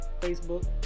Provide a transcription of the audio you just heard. Facebook